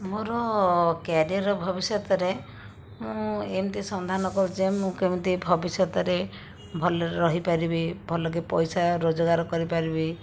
ମୋର କ୍ୟାରିଅର୍ ଭବିଷ୍ୟତରେ ମୁଁ ଏମିତି ସନ୍ଧାନ ଖୋଜେ ମୁଁ କେମିତି ଭବିଷ୍ୟତରେ ଭଲରେ ରହିପାରିବି ଭଲକି ପଇସା ରୋଜଗାର କରିପାରିବି